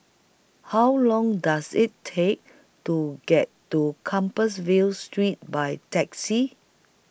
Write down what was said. How Long Does IT Take to get to Compassvale Street By Taxi